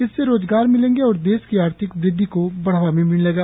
इससे रोजगार मिलेंगे और देश की आर्थिक वृद्धि को बढ़ावा भी मिलेगा